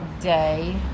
day